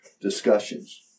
discussions